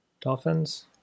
Dolphins